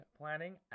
planning